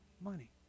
money